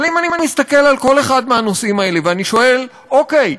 אבל אם אני מסתכל על כל אחד מהנושאים האלה ואני שואל: אוקיי,